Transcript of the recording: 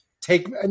take –